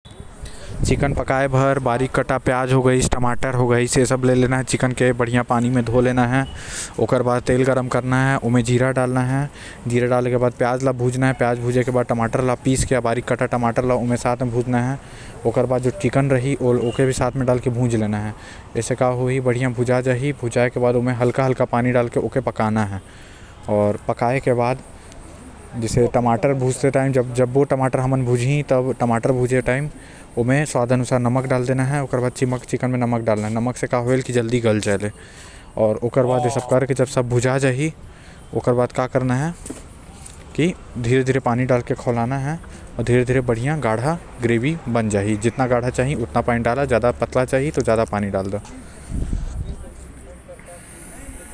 चिकन पकाए बर तेल गरम करना है आऊ ओकर बाद प्याज लहसुन आऊ टमाटर काट के तेल म डाल। और धुला हुआ चिकन ला अच्छे से पकाए के बाद इंतजार कर आऊ फिर चिकन ला पका।